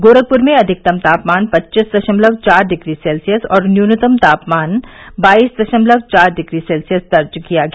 गोरखपुर में अधिकतम तापमान पच्चीस दशमलव चार डिग्री सेल्सियस और न्यूनतम तापमान बाईस दशमलव चार डिग्री सेल्सियस दर्ज किया गया